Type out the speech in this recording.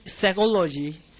psychology